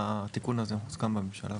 התיקון הזה הוא מוסכם בממשלה.